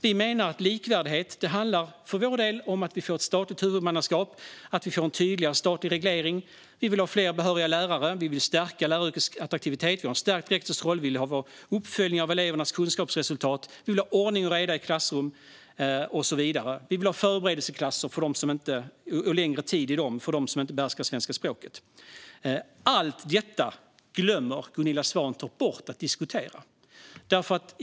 Vi menar att likvärdighet handlar om att vi får ett statligt huvudmannaskap och en tydligare statlig reglering. Vi vill ha fler behöriga lärare, och vi vill stärka läraryrkets attraktivitet. Vi vill ha en stärkt rektorsroll, uppföljning av elevernas kunskapsresultat, ordning och reda i klassrummen och så vidare. Vi vill ha förberedelseklasser och längre tid i dem för elever som inte behärskar svenska språket. Allt detta glömmer Gunilla Svantorp bort att diskutera.